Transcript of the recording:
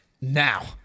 now